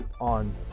on